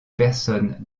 personnes